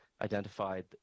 identified